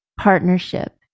partnership